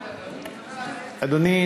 אדוני,